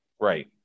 Right